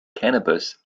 cannabis